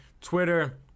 Twitter